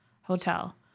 hotel